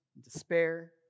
despair